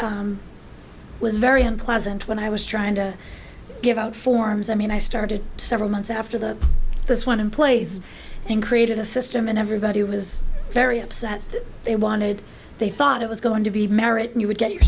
was very unpleasant when i was trying to give out forms i mean i started several months after that this one in place and created a system and everybody was very upset they wanted they thought it was going to be a marriage and you would get your